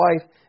wife